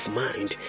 mind